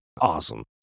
Awesome